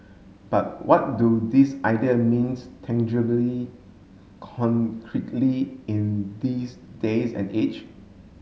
but what do these idea means tangibly concretely in this days and age